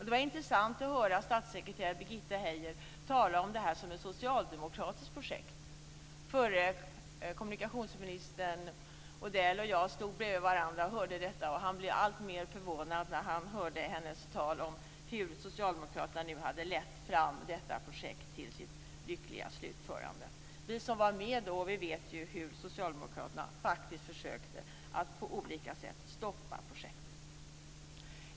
Det var intressant att höra statssekreterare Birgitta Heijer tala om det som ett socialdemokratiskt projekt. Förre kommunikationsministern Odell och jag stod bredvid varandra och hörde detta, och han blev alltmer förvånad när han hörde hennes tal om hur socialdemokraterna hade lett fram detta projekt till sitt lyckliga slutförande. Vi som var med då vet hur socialdemokraterna faktiskt försökte att på olika sätt stoppa projektet.